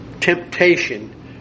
Temptation